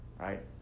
right